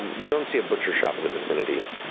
um you don't see a butcher shop in the vicinity.